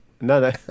No